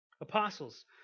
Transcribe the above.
Apostles